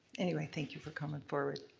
anyway, thank you for coming forward.